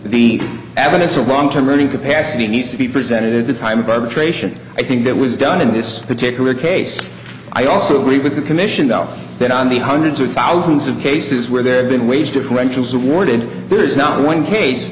the evidence of long term earning capacity needs to be presented at the time of arbitration i think that was done in this particular case i also agree with the commission though that on the hundreds of thousands of cases where there have been wage differentials awarded there is not one case